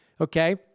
Okay